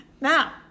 now